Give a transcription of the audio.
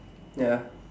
ya